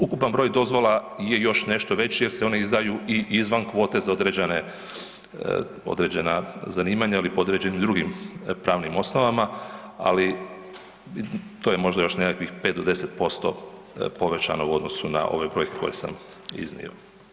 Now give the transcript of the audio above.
Ukupan broj dozvola je još nešto veći jer se one izdaju i izvan kvote za određena zanimanja ili po određenim drugim pravnim osnovama, ali to je možda još nekakvih 5 do 10% povećano u odnosu na ove brojke koje sam iznio.